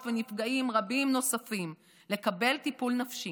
ולנפגעים רבים נוספים לקבל טיפול נפשי,